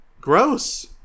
Gross